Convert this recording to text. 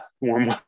warm